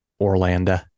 Orlando